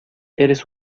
eres